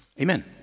Amen